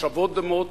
מחשבות דומות,